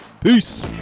Peace